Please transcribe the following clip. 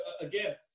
again